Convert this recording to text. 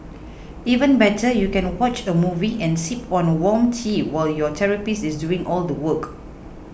even better you can watch a movie and sip on warm tea while your therapist is doing all the work